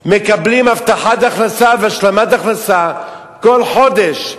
מקבלות הבטחת הכנסה והשלמת הכנסה כל חודש,